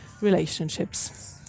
relationships